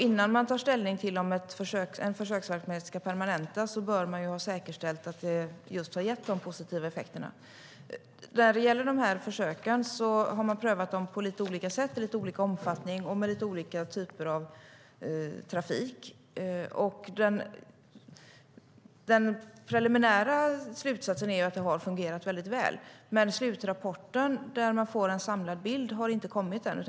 Innan man tar ställning till om en försöksverksamhet ska permanentas bör man ha säkerställt att det just har gett de positiva effekterna. När det gäller de här försöken har man prövat dem på lite olika sätt, i lite olika omfattning och med lite olika typer av trafik. Den preliminära slutsatsen är att det har fungerat väldigt väl, men slutrapporten där man får en samlad bild har inte kommit än.